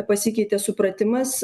pasikeitė supratimas